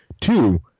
Two